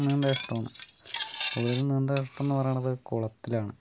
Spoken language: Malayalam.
നീന്താൻ ഇഷ്ടമാണ് കൂടുതലും നീന്താൻ ഇഷ്ടംന്ന് പറയണത് കുളത്തിലാണ്